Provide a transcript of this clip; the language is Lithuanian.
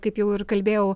kaip jau ir kalbėjau